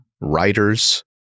writers